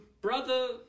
brother